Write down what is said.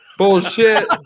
bullshit